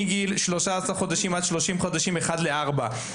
מגיל-13 חודשים עד-30 חודשים יחס של אחד לארבע,